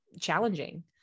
challenging